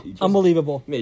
Unbelievable